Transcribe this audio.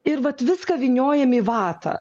ir vat viską vyniojam į vatą